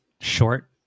short